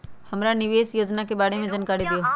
हमरा निवेस योजना के बारे में जानकारी दीउ?